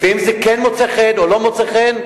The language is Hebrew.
אם זה כן מוצא חן ואם לא מוצא חן.